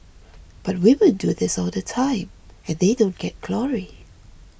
but women do this all the time and they don't get glory